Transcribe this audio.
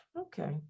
okay